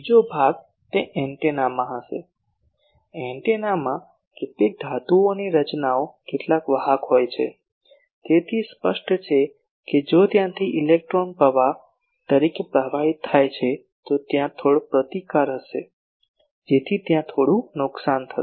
બીજો ભાગ તે એન્ટેનામાં હશે એન્ટેનામાં કેટલીક ધાતુઓની રચનાઓ કેટલાક વાહક હોય છે તેથી સ્પષ્ટ છે કે જો ત્યાંથી ઇલેક્ટ્રોન પ્રવાહ તરીકે પ્રવાહિત થાય છે તો ત્યાં થોડો પ્રતિકાર થશે જેથી ત્યાં થોડું નુકસાન થશે